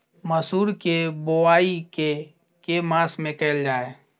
मसूर केँ बोवाई केँ के मास मे कैल जाए?